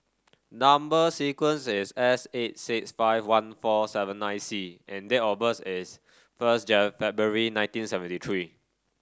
number sequence is S eight six five one four seven nine C and date of birth is first February nineteen seventy three